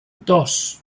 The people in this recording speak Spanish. dos